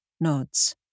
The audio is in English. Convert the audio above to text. nods